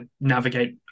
navigate